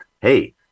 Hey